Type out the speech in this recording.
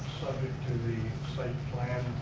to the site plan